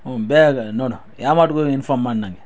ಹ್ಞೂ ಬೇಗ ಕ ನೋಡು ಯಾವ ಮಾತ್ಗೂ ಇನ್ಫಾರ್ಮ್ ಮಾಡು ನನಗೆ